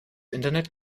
internet